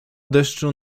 deszczu